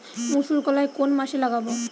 মুসুরকলাই কোন মাসে লাগাব?